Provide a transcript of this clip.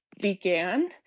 began